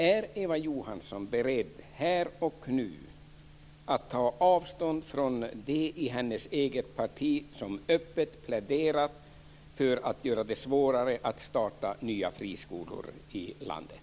Är Eva Johansson beredd här och nu att ta avstånd från dem i hennes eget parti som öppet pläderar för att göra det svårare att starta nya friskolor i landet?